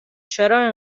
چرا